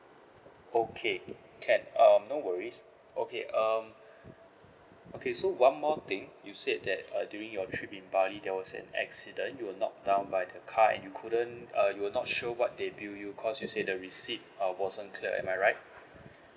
okay can um no worries okay um okay so one more thing you said that uh during your trip in bali there was an accident you were knocked down by the car and you couldn't uh you were not sure what they bill you cause you say the receipt uh wasn't clear am I right